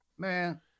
Man